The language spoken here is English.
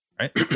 right